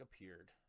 appeared